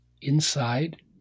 inside